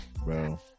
Bro